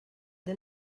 del